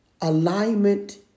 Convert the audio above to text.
Alignment